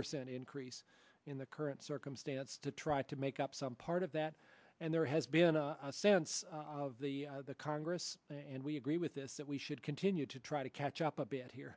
percent increase in the current circumstance to try to make up some part of that and there has been a sense of the congress and we agree with this that we should continue to try to catch up a bit here